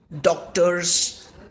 doctors